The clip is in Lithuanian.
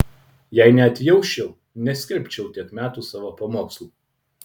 jei neatjausčiau neskelbčiau tiek metų savo pamokslų